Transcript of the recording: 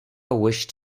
wished